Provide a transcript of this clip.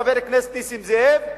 חבר הכנסת נסים זאב,